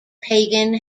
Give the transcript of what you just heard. pagan